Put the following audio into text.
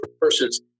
persons